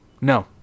No